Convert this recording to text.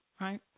right